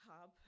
hub